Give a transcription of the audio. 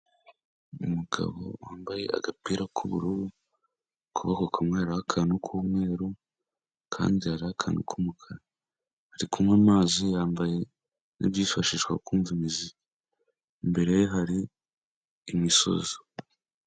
Umugabo wambaye agapira k'ubururu, ukuboko kumwe hariho akantu k'umweru, akandi hari akantu k'umukara ari kunywa amazi yambaye n'ibyifashishwa kumva imiziki imbere ye hari imisozi.